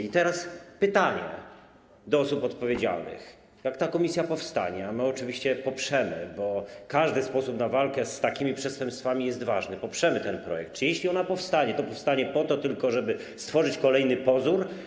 I teraz pytanie do osób odpowiedzialnych: Jak ta komisja powstanie, a my ją oczywiście poprzemy, bo każdy sposób na walkę z takimi przestępstwami jest ważny, poprzemy ten projekt, czy jeśli ona powstanie, to powstanie po to tylko, żeby stworzyć kolejny pozór?